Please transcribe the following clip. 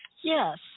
Yes